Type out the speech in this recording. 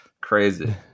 Crazy